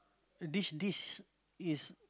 this dish is